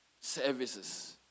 services